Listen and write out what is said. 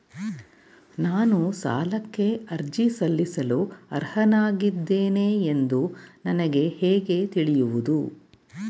ನಾನು ಸಾಲಕ್ಕೆ ಅರ್ಜಿ ಸಲ್ಲಿಸಲು ಅರ್ಹನಾಗಿದ್ದೇನೆ ಎಂದು ನನಗೆ ಹೇಗೆ ತಿಳಿಯುವುದು?